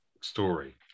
story